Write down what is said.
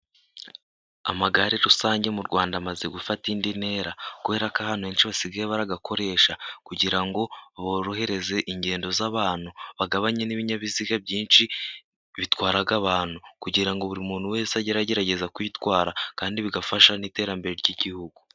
Amagare rusange mu Rwanda amaze gufata indi ntera, kubera ko ahantu henshi basigaye bayakoresha kugira ngo borohereze ingendo z'abantu, bagabanye n'ibinyabiziga byinshi bitwara abantu kugira ngo buri muntu wese ajye agerageza kwitwara, kandi bigafasha n'iterambere ry'igihugu.